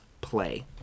play